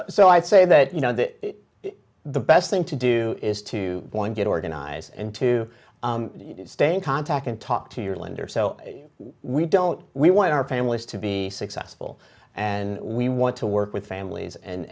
so i'd say that you know that the best thing to do is to get organized and to stay in contact and talk to your lender so we don't we want our families to be successful and we want to work with families